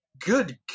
good